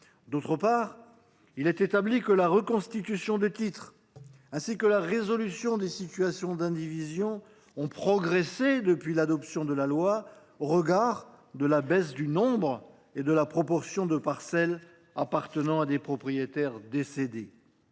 D’autre part, il est établi que la reconstitution de titres ainsi que la résolution des situations d’indivision ont progressé depuis l’adoption de la loi, au regard de la baisse du nombre et de la proportion de parcelles appartenant à des propriétaires décédés.